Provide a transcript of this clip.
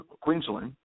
Queensland